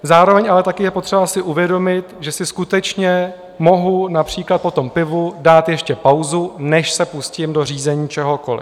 Zároveň ale také je potřeba si uvědomit, že si skutečně mohu například po tom pivu dát ještě pauzu, než se pustím do řízení čehokoliv.